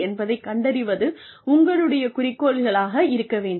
என்பதைக் கண்டறிவது உங்களுடைய குறிக்கோளாக இருக்க வேண்டும்